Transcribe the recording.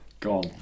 Gone